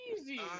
easy